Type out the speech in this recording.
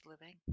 Living